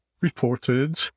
reported